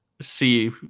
see